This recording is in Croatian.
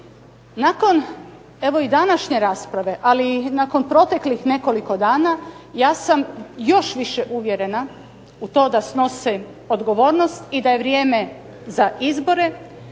evo i današnje rasprave, ali i nakon proteklih nekoliko dana ja sam još više uvjerena u to da snose odgovornost i da je vrijeme za izbore